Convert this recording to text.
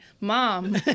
Mom